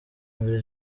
mbere